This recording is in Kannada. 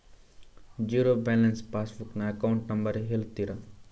ಝೀರೋ ಬ್ಯಾಲೆನ್ಸ್ ಪಾಸ್ ಬುಕ್ ನ ಅಕೌಂಟ್ ನಂಬರ್ ಹೇಳುತ್ತೀರಾ?